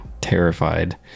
terrified